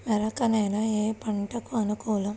మెరక నేల ఏ పంటకు అనుకూలం?